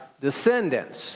descendants